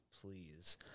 please